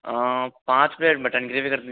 पाँच plate mutton gravy कर दीजिए